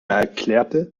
erklärte